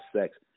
sex